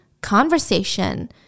conversation